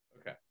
Okay